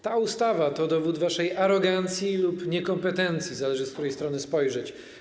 Ta ustawa to dowód waszej arogancji lub niekompetencji, zależy, z której strony na to spojrzeć.